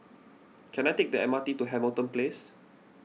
can I take the M R T to Hamilton Place